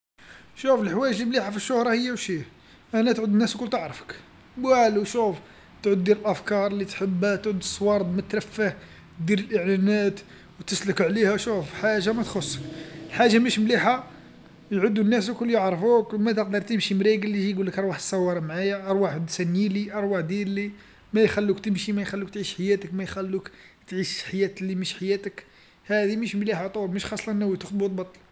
شوف الحوايج المليحه في الشهره هي وشيه، أن تعود الناس الكل تعرفك، والو شوف، تعود دير الأفكار اللي تحبها، تعد الصوارد مترفه، دير الإعلانات، وتسلك عليها، شوف حاجه ما تخصك، حاجة مش مليحه، يعدو الناس الكل يعرفوك، ما تقدر تمشي مريغل يجي يقولك رواح تصور معايا، ارواح تسنييلي، ارواح ديرلي، ما يخلوك تمشي، ما يخلوك تعيش حياتك، ما يخلوك تعيش حياة لي مش حياتك، هاذي مش مليحه طول.